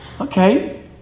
okay